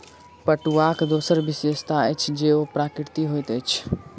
पटुआक दोसर विशेषता अछि जे ओ प्राकृतिक होइत अछि